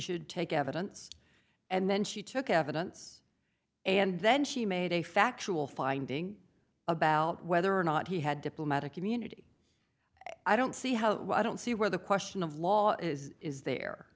should take evidence and then she took evidence and then she made a factual finding about whether or not he had diplomatic immunity i don't see how i don't see where the question of law is is there